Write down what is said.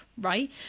right